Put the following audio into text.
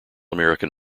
american